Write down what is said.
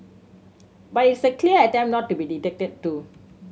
but it's a clear attempt not to be dictated to